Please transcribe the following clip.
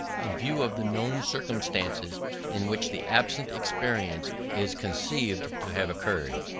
in view of the known circumstances in which the absent experience is conceived to have occurred.